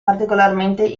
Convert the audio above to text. particolarmente